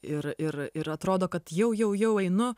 ir ir ir atrodo kad jau jau jau einu